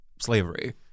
slavery